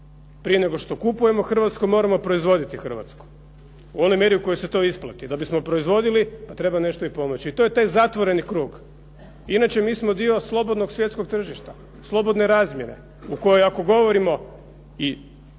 Prije nego što kupujemo hrvatsko, moramo proizvoditi hrvatsko u onoj mjeri u kojoj se to isplati. Da bi smo proizvodili pa treba nešto i pomoći. To je taj zatvoreni krug. Inače, mi smo dio slobodnog svjetskog tržišta, slobodne razmjene u kojoj ako govorimo